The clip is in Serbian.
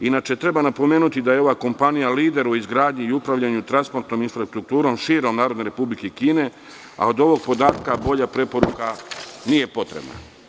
Inače, treba napomenuti da je ova kompanija lider u izgradnji i upravljanju transportom i infrastrukturom širom Narodne Republike Kine, a od ovog podatka bolja preporuka nije potrebna.